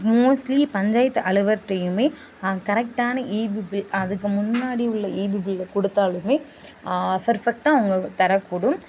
mostly panchayat அலுவலர்ட்டையுமே கரெக்டான EB bill அதுக்கு முன்னாடி உள்ள ஈபி பில்லை கொடுத்தாலுமே பர்ஃபெக்ட்டாக அவங்க தரக்கூடும்